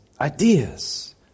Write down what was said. ideas